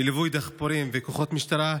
בליווי דחפורים וכוחות משטרה,